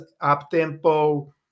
up-tempo